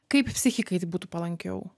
kaip psichikai būtų palankiau